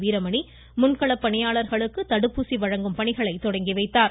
வீரமணி முன்களப் பணியாளர்களுக்கு தடுப்பூசி வழங்கும் பணிகளை தொடங்கி வைத்தார்